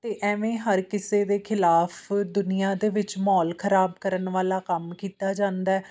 ਅਤੇ ਐਵੇਂ ਹਰ ਕਿਸੇ ਦੇ ਖਿਲਾਫ ਦੁਨੀਆਂ ਦੇ ਵਿੱਚ ਮਾਹੌਲ ਖਰਾਬ ਕਰਨ ਵਾਲਾ ਕੰਮ ਕੀਤਾ ਜਾਂਦਾ